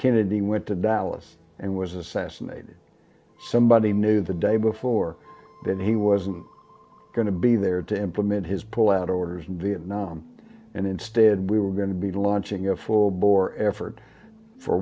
kennedy went to dallas and was assassinated somebody knew the day before that he wasn't going to be there to implement his pullout orders in vietnam and instead we were going to be launching a full bore effort for